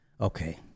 Okay